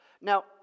Now